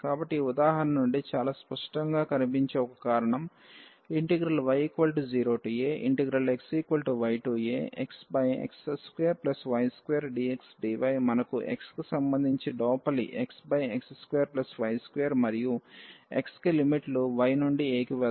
కాబట్టి ఈ ఉదాహరణ నుండి చాలా స్పష్టంగా కనిపించే ఒక కారణం y0axyaxx2y2dxdy మనకు x కి సంబంధించి లోపలి xx2y2 మరియు x కి లిమిట్లు y నుండి a కి వెళ్తాయి